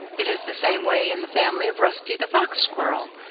it is the same way in the family of rusty the fox squirrel.